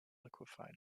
liquefied